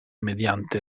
mediante